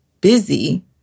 busy